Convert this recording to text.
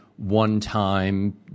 one-time